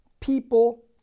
people